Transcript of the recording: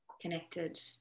connected